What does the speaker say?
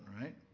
right